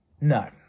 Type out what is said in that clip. no